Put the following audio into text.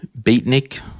Beatnik